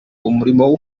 urimo